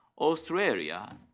Australia